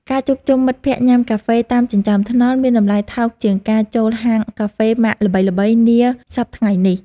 ការជួបជុំមិត្តភក្តិញ៉ាំកាហ្វេតាមចិញ្ចើមថ្នល់មានតម្លៃថោកជាងការចូលហាងកាហ្វេម៉ាកល្បីៗនាសព្វថ្ងៃនេះ។